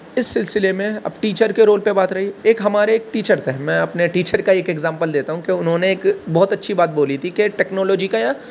اس سلسلے میں اب ٹیچر کے رول پہ بات رہی ایک ہمارے ایک ٹیچر تھے میں اپنے ٹیچر کا ایک ایکزامپل دیتا ہوں کہ انہوں نے ایک بہت اچھی بات بولی تھی کہ ٹیکنالوجی کا